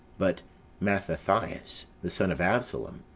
but mathathias, the son of absalom,